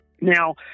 Now